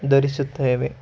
ಧರಿಸುತ್ತೇವೆ